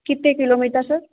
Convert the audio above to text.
कितने kilometre sir